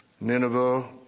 Nineveh